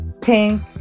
Pink